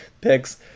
picks